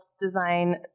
design